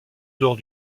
dehors